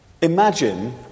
Imagine